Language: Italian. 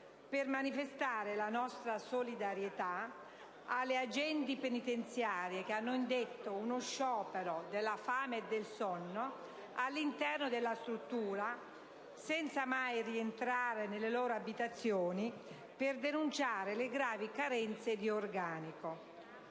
per manifestare la nostra solidarietà alle agenti di polizia penitenziaria che hanno indetto uno sciopero della fame e del sonno all'interno della struttura, senza mai rientrare nelle loro abitazioni, per denunciare le gravi carenze di organico.